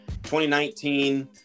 2019